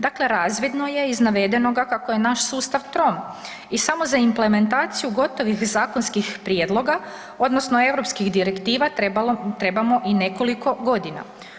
Dakle, razvidno je iz navedenoga kako je naš sustav trom i samo za implementaciju gotovih zakonskih prijedloga odnosno europskih direktiva trebamo i nekoliko godina.